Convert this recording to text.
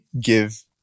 give